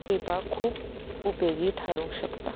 टेपां खूब उपेगी ठरूंक शकता